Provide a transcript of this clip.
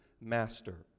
master